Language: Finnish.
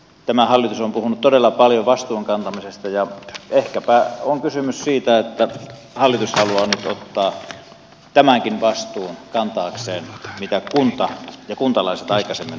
tämä hallitus on puhunut todella paljon vastuun kantamisesta ja ehkäpä on kysymys siitä että hallitus haluaa nyt ottaa kantaakseen tämänkin vastuun mitä kunta ja kuntalaiset ovat aikaisemmin kantaneet